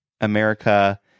America